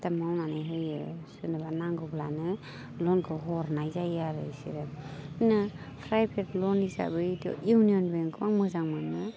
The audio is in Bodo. थाब थाब मावनानै होयो जेन'बा नांगौब्लानो लनखौ हरनाय जायो आरो इसोरो नो फ्राइभेट लन हिसाबैथ' इउनियन बेंकखौ आं मोजां मोनो